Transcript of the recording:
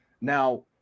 Now